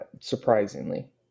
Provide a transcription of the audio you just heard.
surprisingly